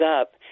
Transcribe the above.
up